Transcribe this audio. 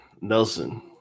Nelson